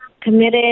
committed